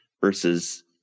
versus